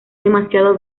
demasiado